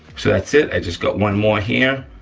so that's it, i just got one more here.